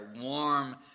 warm